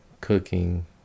cooking